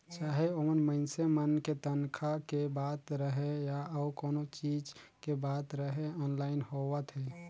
चाहे ओमन मइनसे मन के तनखा के बात रहें या अउ कोनो चीच के बात रहे आनलाईन होवत हे